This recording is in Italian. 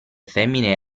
femmine